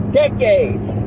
decades